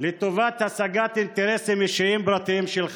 לטובת השגת אינטרסים אישיים, פרטיים, שלך.